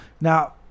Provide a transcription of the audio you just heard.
Now